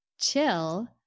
Chill